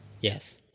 yes